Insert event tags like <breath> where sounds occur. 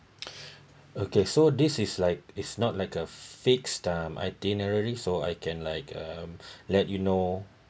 <breath> okay so this is like it's not like a fixed time itinerary so I can like um <breath> let you know